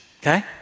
okay